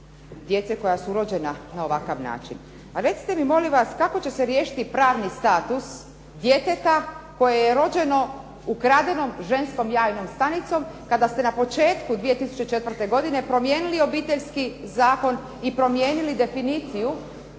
djece koja su rođena na ovakav način. Pa recite mi molim vas, kako će se riješiti pravni status djeteta koje je rođeno ukradenom ženskom jajnom stanicom kada ste na početku 2004. godine promijenili Obiteljski zakon i promijenili definiciju